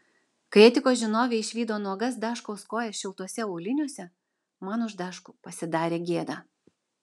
kai etikos žinovė išvydo nuogas daškaus kojas šiltuose auliniuose man už daškų pasidarė gėda